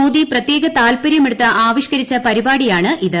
മോദി പ്രത്യേക താൽപ്പര്യമെടുത്ത് ആവിഷ്ക്കരിച്ച പരിപാടിയാണിത്